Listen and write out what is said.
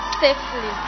safely